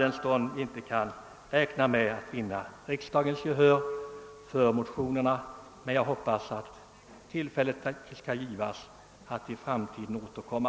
Det kan emellertid finnas anled ning att återkomma.